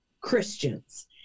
Christians